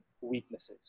weaknesses